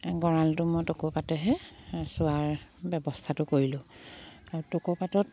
গঁৰালটো মই টকৌপাতেহে চোৱাৰ ব্যৱস্থাটো কৰিলোঁ আৰু টকৌপাতত